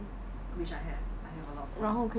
which I have I have a lot of points